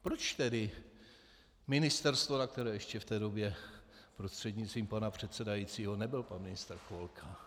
Proč tedy ministerstvo, na kterém ještě v té době prostřednictvím pana předsedajícího nebyl pan ministr Chvojka.